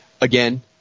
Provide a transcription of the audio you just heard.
again